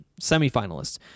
semifinalists